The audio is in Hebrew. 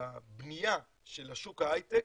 בבנייה של שוק ההייטק